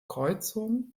kreuzung